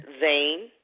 Zane